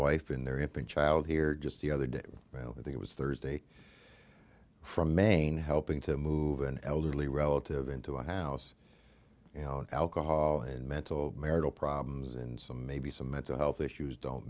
wife in their infant child here just the other day i think it was thursday from maine helping to move an elderly relative into a house you know alcohol and mental marital problems and so maybe some mental health issues don't